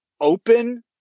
open